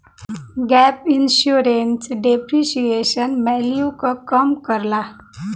gap insurance depreciation value क कम करला